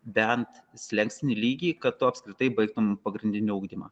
bent slenkstinį lygį kad tu apskritai baigtumei pagrindinį ugdymą